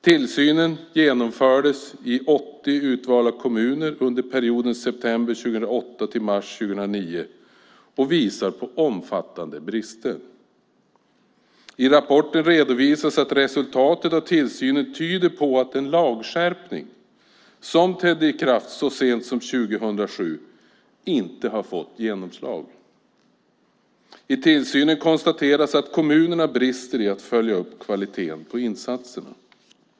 Tillsynen genomfördes i 80 utvalda kommuner under perioden september 2008 till mars 2009 och visar på omfattande brister. I rapporten redovisas att resultatet av tillsynen tyder på att den lagskärpning som trädde i kraft så sent som 2007 inte har fått genomslag. I tillsynen konstateras att kommunerna brister i att följa upp kvaliteten på insatserna.